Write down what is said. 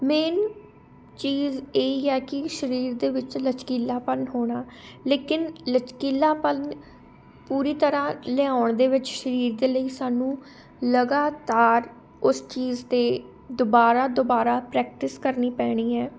main ਚੀਜ਼ ਇਹੀ ਹੈ ਕਿ ਸਰੀਰ ਦੇ ਵਿੱਚ ਲਚਕੀਲਾਪਨ ਹੋਣਾ ਲੇਕਿਨ ਲਚਕੀਲਾਪਨ ਪੂਰੀ ਤਰ੍ਹਾਂ ਲਿਆਉਣ ਦੇ ਵਿੱਚ ਸਰੀਰ ਦੇ ਲਈ ਸਾਨੂੰ ਲਗਾਤਾਰ ਉਸ ਚੀਜ਼ 'ਤੇ ਦੁਬਾਰਾ ਦੁਬਾਰਾ ਪ੍ਰੈਕਟਿਸ ਕਰਨੀ ਪੈਣੀ ਹੈ